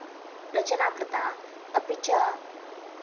रचना कृता अपि च